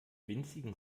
winzigen